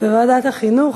לוועדת החינוך,